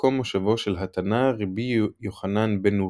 וכמקום מושבו של התנא רבי יוחנן בן נורי,